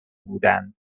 بودند